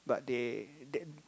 but they them